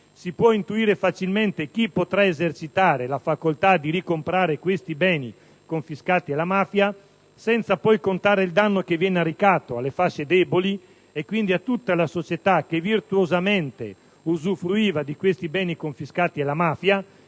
si può intuire facilmente chi potrà esercitare la facoltà di ricomprare i beni confiscati alla mafia, senza poi contare il danno che viene arrecato alle fasce deboli e quindi a tutta la società che virtuosamente usufruiva di questi beni confiscati alla mafia